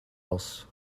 else